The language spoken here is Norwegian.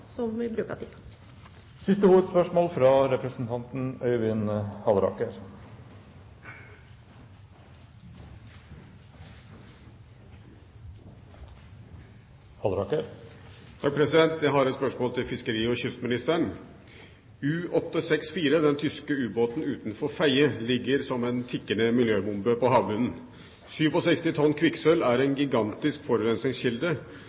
som vi bruker tid på. Vi går videre til siste hovedspørsmål. Jeg har et spørsmål til fiskeri- og kystministeren. U-864, den tyske ubåten utenfor Fedje, ligger som en tikkende miljøbombe på havbunnen. 67 tonn kvikksølv er en gigantisk forurensningskilde